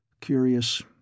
Curious